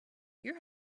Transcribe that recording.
your